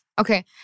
Okay